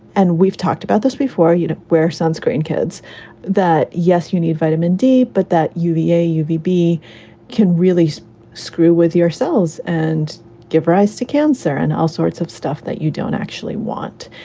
and we've talked about this before. you wear sunscreen, kids that yes, you need vitamin d, but that uva, uvb can really screw with your cells and give rise to cancer and all sorts of stuff that you don't actually want.